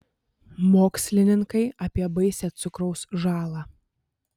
mokslininkai apie baisią cukraus žalą